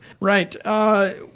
right